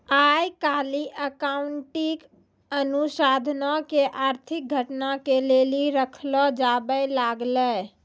आइ काल्हि अकाउंटिंग अनुसन्धानो के आर्थिक घटना के लेली रखलो जाबै लागलै